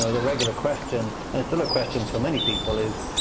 so the regular question and still a question for many people is,